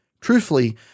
Truthfully